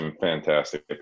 fantastic